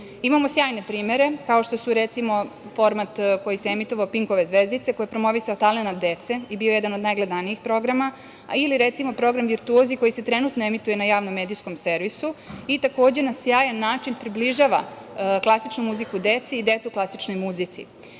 sjajne primere, kao što su recimo, format koji se emitovao, „Pinkove zvezdice“, koji je promovisao talenat dece, i bio jedan od najgledanijih programa, ili recimo, program „Virtuozi“, koji se trenutno emituje na javnom medijskom servisu i takođe, jedan sjajan način približava klasičnu muziku i decu klasičnoj muzici. Takve